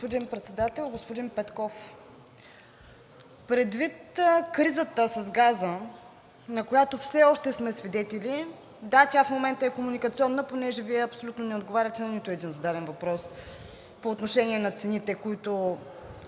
Господин Председател! Господин Петков, предвид кризата с газа, на която все още сме свидетели – да, тя в момента е комуникационна, понеже Вие абсолютно не отговаряте на нито един зададен въпрос по отношение на цените, които